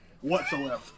Whatsoever